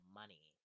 money